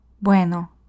Bueno